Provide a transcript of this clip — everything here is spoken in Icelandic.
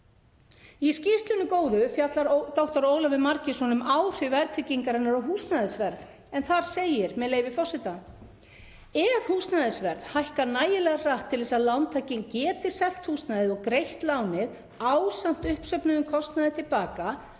Í skýrslunni góðu fjallar dr. Ólafur Margeirsson um áhrif verðtryggingarinnar á húsnæðisverð en þar segir, með leyfi forseta: „Ef húsnæðisverð hækkar nægilega hratt til að lántakinn geti selt húsnæðið og greitt lánið ásamt uppsöfnuðum kostnaði til baka